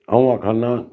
आ'ऊं आक्खा ना